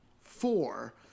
four